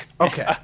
Okay